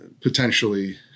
potentially